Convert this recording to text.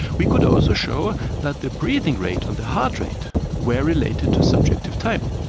we could also show that the breathing rate and the heart rate were related to subjective time.